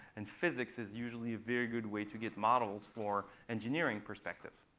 and physics is usually a very good way to get models for engineering perspective.